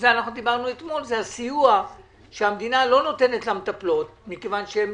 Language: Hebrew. דיברנו אתמול על הסיוע שהמדינה לא נותנת למטפלות מכיוון שהן